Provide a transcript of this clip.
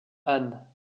ann